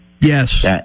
Yes